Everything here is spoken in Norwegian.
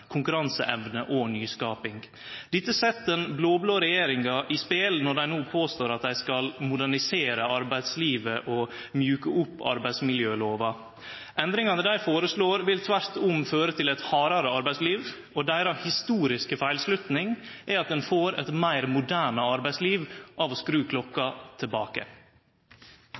konkurranseevne og nyskaping. Dette set den blå-blå regjeringa i spel når dei no påstår at dei skal modernisere arbeidslivet og mjuke opp arbeidsmiljølova. Endringane dei foreslår, vil tvert om føre til eit hardare arbeidsliv, og deira historiske feilslutning er at ein får eit meir moderne arbeidsliv av å skru klokka tilbake.